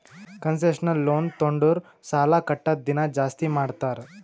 concessional loan ತೊಂಡುರ್ ಸಾಲಾ ಕಟ್ಟದ್ ದಿನಾ ಜಾಸ್ತಿ ಮಾಡ್ತಾರ್